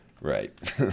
right